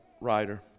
writer